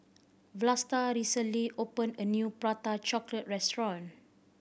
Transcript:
Vlasta recently opened a new Prata Chocolate restaurant